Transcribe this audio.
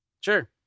Sure